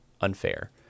unfair